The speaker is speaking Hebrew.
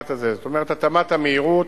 זאת אומרת, התאמת המהירות